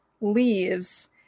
leaves